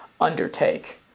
undertake